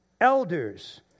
elders